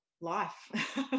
life